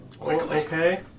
okay